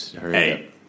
hey